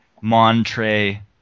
Montre